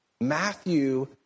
Matthew